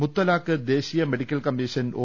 മുത്തലാഖ് ദേശീയ medical commission O